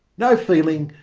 no feeling,